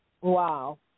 Wow